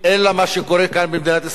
אלא מה שקורה כאן במדינת ישראל.